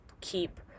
keep